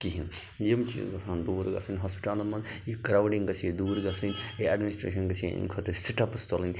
کِہیٖنۍ یِم چیٖز گژھَن دوٗر گژھٕنۍ ہاسپِٹَلَن منٛز یہِ کرٛاوڈِنٛگ گژھِ ہے دوٗر گژھٕنۍ یہِ اٮ۪ڈمِنِسٹرٛیشَن گژھِ ہے اَمہِ خٲطرٕ سِٹٮ۪پٕس تُلٕنۍ